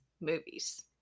movies